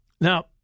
Now